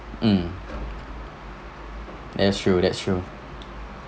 mm that's true that's true